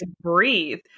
breathe